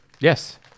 Yes